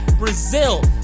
Brazil